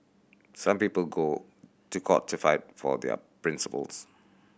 some people go to court to fight for their principles